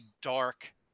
dark